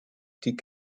die